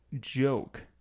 joke